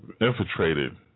infiltrated